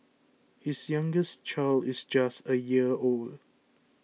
his youngest child is just a year old